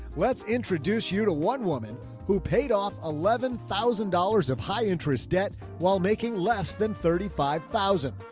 let's introduce you to one woman who paid off eleven thousand dollars of high interest debt while making less than thirty five. thousands.